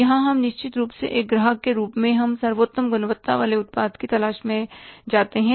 तो यहाँ हम निश्चित रूप से एक ग्राहक के रूप में हम सर्वोत्तम गुणवत्ता वाले उत्पाद की तलाश में जाते हैं